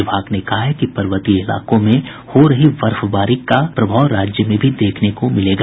विभाग ने कहा है कि पर्वतीय इलाकों में हो रही बर्फबारी का प्रभाव राज्य में भी देखने को मिलेगा